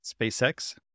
SpaceX